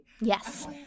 yes